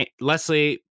Leslie